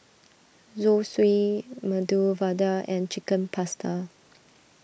Zosui Medu Vada and Chicken Pasta